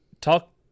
talk